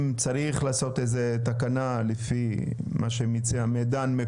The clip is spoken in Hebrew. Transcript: אם צריך לעשות איזו תקנה לפי מה שמציע מידן,